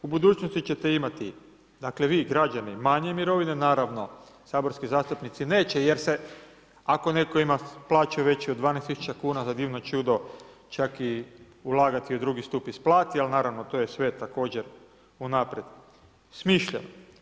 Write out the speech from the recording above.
U budućnosti ćete imati dakle, vi građani, manje mirovine, naravno saborski zastupnici neće jer se ako netko ima plaću veću od 12 tisuća kuna, za divno čudo čak i ulagati u drugi stup isplati, ali naravno to je sve također unaprijed smišljeno.